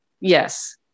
Yes